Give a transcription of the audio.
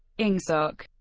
ingsoc